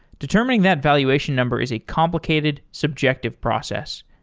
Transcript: determining that valuation number is a complicated, subjective process.